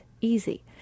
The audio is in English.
easy